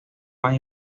más